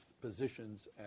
positions